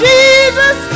Jesus